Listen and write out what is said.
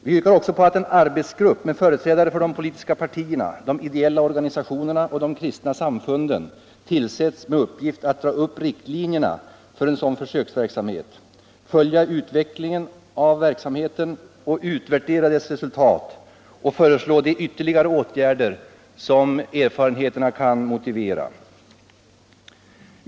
Vi yrkar också på att en arbetsgrupp med företrädare för de politiska partierna, de ideella organisationerna och de kristna samfunden tillsätts med uppgift att dra upp riktlinjerna för en sådan försöksverksamhet, följa utvecklingen av verksamheten, utvärdera dess resultat och föreslå de ytterligare åtgärder som erfarenheterna kan motivera.